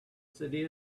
city